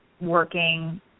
working